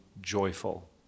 joyful